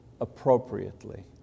appropriately